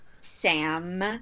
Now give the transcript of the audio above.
Sam